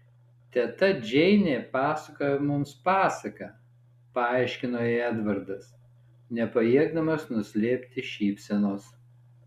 teta džeinė pasakoja mums pasaką paaiškino jai edvardas nepajėgdamas nuslėpti šypsenos